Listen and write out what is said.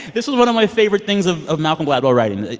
this was one of my favorite things of of malcolm gladwell writing.